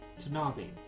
Tanabe